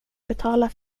betala